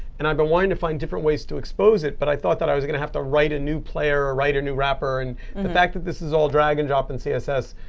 and i've been wanting to find different ways to expose it. but i thought that i was going to have to write a new player or write a new wrapper. and the fact that this is all drag and drop in css,